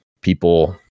people